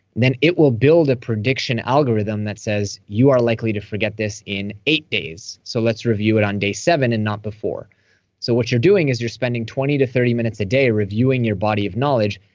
then it will build a prediction algorithm that says you are likely to forget this in eight days. so let's review it on day seven and not before so what you're doing is you're spending twenty to thirty minutes a day reviewing your body of knowledge,